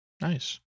Nice